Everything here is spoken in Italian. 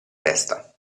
testa